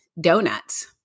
donuts